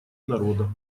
народа